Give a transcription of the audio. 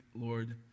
Lord